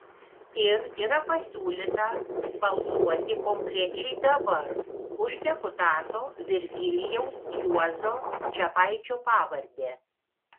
ir yra pasiūlyta balsuoti konkrečiai dabar už deputato virgilijaus juozo čepaičio pavardę